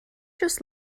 just